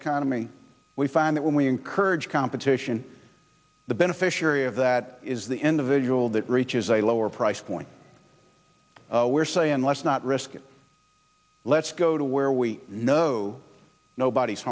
economy we find that when we encourage competition the beneficiary of that is the individual that reaches a lower price point where say unless not risk it let's go to where we know nobody's